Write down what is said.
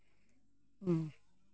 ᱦᱩᱸ